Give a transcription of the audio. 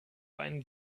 einen